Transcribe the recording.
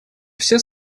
все